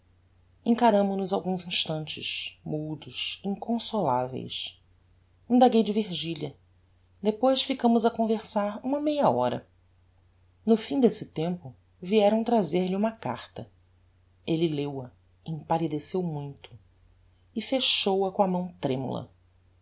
encaramo nos alguns instantes mudos inconsolaveis indaguei de virgilia depois ficamos a conversar uma meia hora no fim desse tempo vieram trazer-lhe uma carta elle leu-a empallideceu muito e fechou-a com a mão tremula